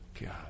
god